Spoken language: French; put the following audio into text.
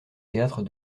théâtre